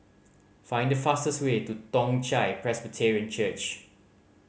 find the fastest way to Toong Chai Presbyterian Church